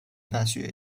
大学